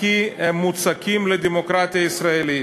הכי מוצקים של הדמוקרטיה הישראלית.